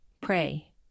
pray